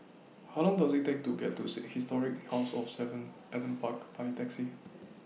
How Long Does IT Take to get to Seek Historic House of seven Adam Park By Taxi